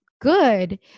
good